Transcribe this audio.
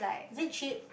is it cheap